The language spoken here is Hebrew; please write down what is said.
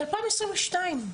זה 2022,